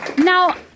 Now